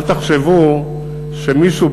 אל תחשבו שמישהו,